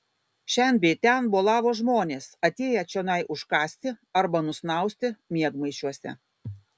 šen bei ten bolavo žmonės atėję čionai užkąsti arba nusnausti miegmaišiuose